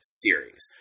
series